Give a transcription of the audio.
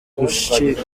gushika